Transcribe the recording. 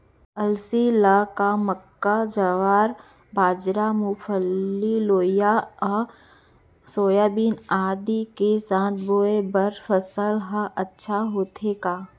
अलसी ल का मक्का, ज्वार, बाजरा, मूंगफली, लोबिया व सोयाबीन आदि के साथ म बोये बर सफल ह अच्छा होथे का?